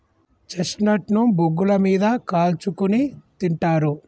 chestnut ను బొగ్గుల మీద కాల్చుకుని తింటారు